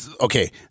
Okay